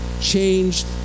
changed